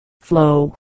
flow